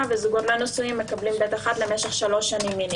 ובני זוג לא נשואים מקבלים ב'1 למשך שלוש שנים מינימום.